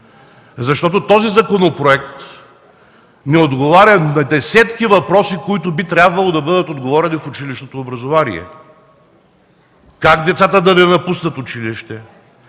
длъжност. Този законопроект не отговаря на десетки въпроси, които би трябвало да бъдат отговорени в училищното образование: как децата да не напуснат училище,